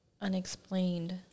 unexplained